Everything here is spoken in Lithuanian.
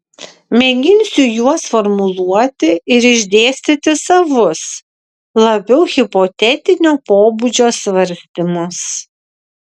mėginsiu juos formuluoti ir išdėstyti savus labiau hipotetinio pobūdžio svarstymus